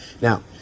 Now